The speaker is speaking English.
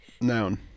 Noun